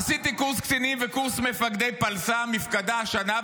עשיתי קורס קצינים וקורס מפקדי פלס"ם מפקדה השנה,